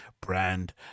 brand